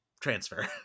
transfer